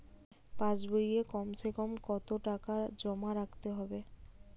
পাশ বইয়ে কমসেকম কত টাকা জমা রাখতে হবে?